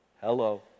hello